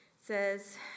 says